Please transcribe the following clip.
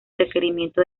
requerimientos